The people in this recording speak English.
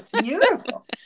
Beautiful